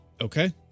okay